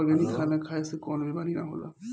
organic खाना खाए से कवनो बीमारी ना होला